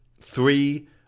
Three